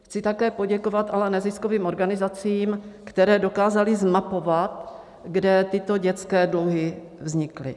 Chci také ale poděkovat neziskovým organizacím, které dokázaly zmapovat, kde tyto dětské dluhy vznikly.